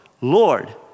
Lord